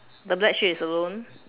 the black sheep is alone